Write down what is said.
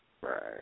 Right